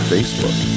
Facebook